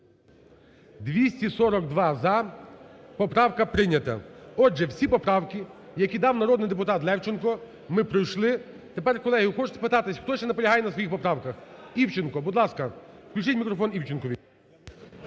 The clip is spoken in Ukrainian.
За-242 Поправка прийнята. Отже, всі поправки, які дав народний депутат Левченко, ми пройшли. Тепер, колеги, я хочу спитати, хто ще наполягає на своїх поправках. Івченко. Будь ласка, включіть мікрофон Івченкові.